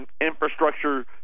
infrastructure